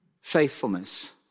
faithfulness